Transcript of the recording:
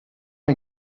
est